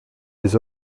des